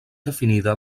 definida